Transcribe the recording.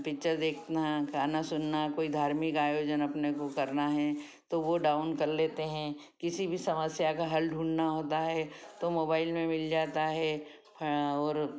picture देखना गाना सुनना कोई धार्मिक आयोजन अपने को करना है तो वो डाउन कर लेते हैं किसी भी समस्या का हल ढूँढना होता है तो मोबाइल में मिल जाता है और